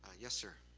yes, sir?